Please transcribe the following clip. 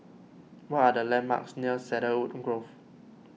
what are the landmarks near Cedarwood Grove